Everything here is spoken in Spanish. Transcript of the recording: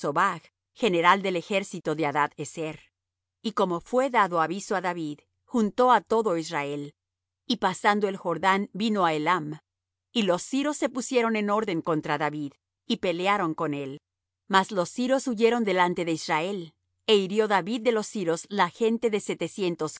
general del ejército de hadad ezer y como fué dado aviso á david juntó á todo israel y pasando el jordán vino á helam y los siros se pusieron en orden contra david y pelearon con él mas los siros huyeron delante de israel é hirió david de los siros la gente de setecientos